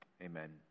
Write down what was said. amen